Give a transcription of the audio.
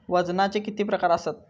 वजनाचे किती प्रकार आसत?